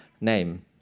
name